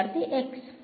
വിദ്യാർത്ഥി x